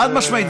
חד-משמעית.